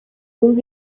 wumve